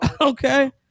Okay